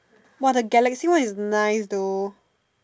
!wah! the Galaxy one is nice though